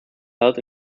held